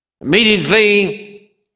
Immediately